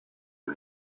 are